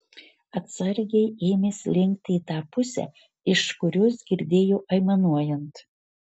atsargiai ėmė slinkti į tą pusę iš kurios girdėjo aimanuojant